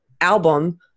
album